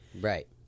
right